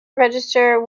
register